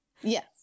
Yes